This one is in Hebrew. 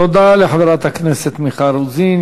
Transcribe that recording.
תודה לחברת הכנסת מיכל רוזין.